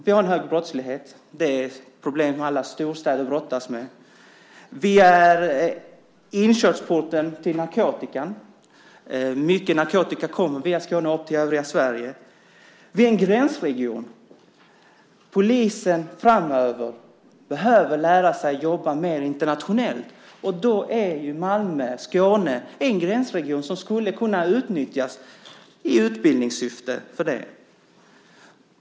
Vi har en hög brottslighet - problem som alla storstäder brottas med. Vi är inkörsporten till narkotikan. Mycket narkotika kommer via Skåne upp till övriga Sverige. Vi är en gränsregion. Polisen behöver lära sig att jobba mer internationellt framöver, och då är Malmö och Skåne en gränsregion som skulle kunna utnyttjas för det i utbildningssyfte.